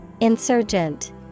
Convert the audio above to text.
Insurgent